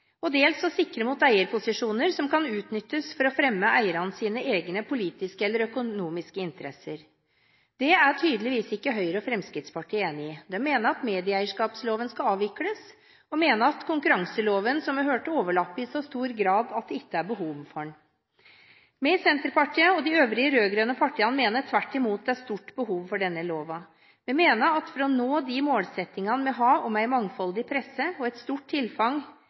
og dels å sikre mot eierposisjoner som kan utnyttes for å fremme eiernes egne politiske eller økonomiske interesser. Det er tydeligvis ikke Høyre og Fremskrittspartiet enig i. De mener at medieeierskapsloven skal avvikles. De mener – som vi hørte – at den overlappes i så stor grad av konkurranseloven at det ikke er behov for den. Vi i Senterpartiet og de øvrige rød-grønne partiene mener tvert imot at det er stort behov for denne loven. Vi mener at for å nå de målsettingene som vi har om en mangfoldig presse og et stort tilfang